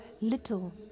little